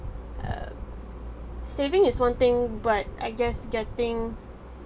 uh saving is one thing but I guess getting